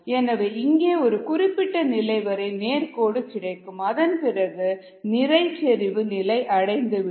எனவே இங்கே ஒரு குறிப்பிட்ட நிலை வரை நேர்கோடு கிடைக்கும் அதன் பிறகு நிறைச்செறிவு நிலை அடைந்துவிடும்